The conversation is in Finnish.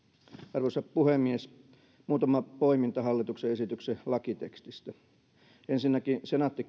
arvoisa puhemies muutama poiminta hallituksen esityksen lakitekstistä ensinnäkin senaatti